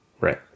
Right